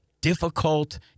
difficult